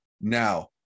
now